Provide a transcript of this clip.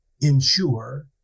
ensure